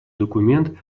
документ